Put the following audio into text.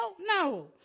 No